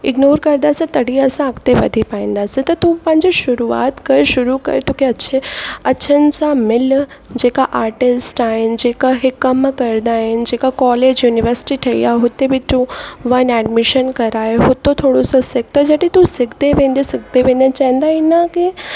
ignore कंदासीं तॾहिं अॻिते वधी पाईंदासीं त तूं पंहिंजी शुरूआत कर शुरू कर तोखे अच्छे अच्छन सां मिल जेका आर्टिस्ट आहिनि जेका इहे कमु कंदा आहिनि जेका कॉलेज यूनिवर्सिटी ठही आहे हुते बि तूं वञु एडमिशन कराए हुतां थोरो सो सिख त जॾहिं त सिखंदे वेंदे सिखंदे वेंदे चवंदा आहिनि न की